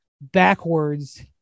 backwards